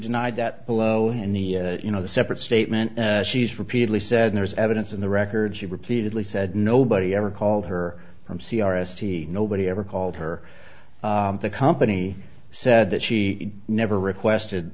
denied that below and the you know the separate statement she's repeatedly said there's evidence in the records she repeatedly said nobody ever called her from c r s t nobody ever called her the company said that she never requested